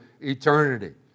eternity